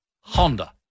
Honda